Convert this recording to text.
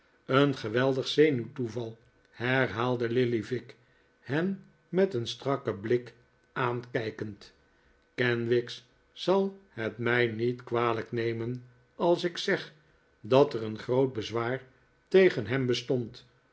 een geweldig zenuwtoeval herhaalde lillyvick hen met een strakken blik aankijkend kenwigs zal het mij niet kwalijk nemen als ik zeg dat er een groot bezwaar tegen hem bestond